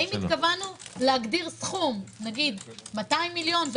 האם התכוונו להגדיר סכום 200 מיליון,